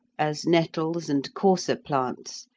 as nettles and coarser plants,